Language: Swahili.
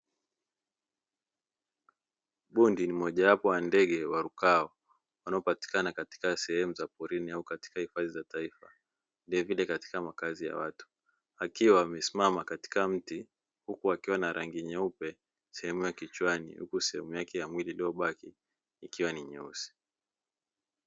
Bundi ni mojawapo ya ndege warukao wanaopatikana katika sehemu za porini au katika hifadhi za taifa vilevile katika makazi ya watu, akiwa amesimama katika mti huku akiwa na rangi nyeupe sehemu ya kichwani huku sehemu yake ya mwili iliyobaki ikiwa ni nyeusi.